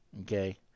Okay